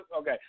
Okay